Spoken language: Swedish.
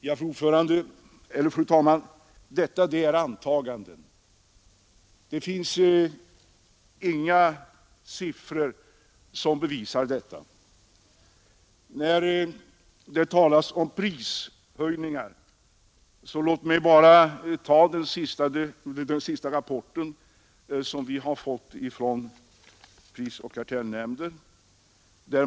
Men detta, fru talman, är antaganden, det finns inga siffror som bevisar detta. Låt mig när det gäller prishöjningar bara ta den senaste rapporten vi har fått ifrån prisoch kartellnämnden.